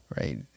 right